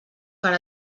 per